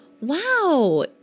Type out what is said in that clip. wow